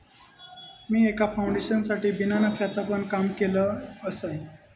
मी एका फाउंडेशनसाठी बिना नफ्याचा पण काम केलय आसय